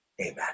Amen